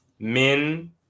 Min